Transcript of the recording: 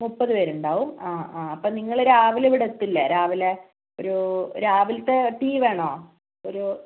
മുപ്പതുപേരുണ്ടാവും ആ ആ അപ്പോൾ നിങ്ങൾ രാവിലേ ഇവിടെത്തില്ലേ രാവിലേ ഒരു രാവിലത്തെ ടീ വേണോ ഒരു